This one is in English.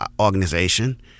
organization